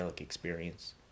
experience